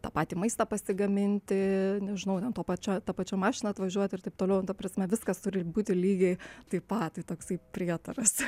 tą patį maistą pasigaminti nežinau ten tuo pačia ta pačia mašina atvažiuoti ir taip toliau ta prasme viskas turi būti lygiai taip pat tai toksai prietaras